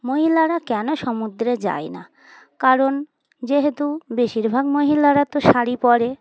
মহিলারা কেন সমুদ্রে যায় না কারণ যেহেতু বেশিরভাগ মহিলারা তো শাড়ি পরে